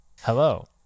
Hello